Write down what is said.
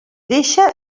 deixa